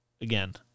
again